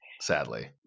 Sadly